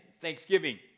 Thanksgiving